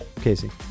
Casey